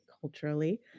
culturally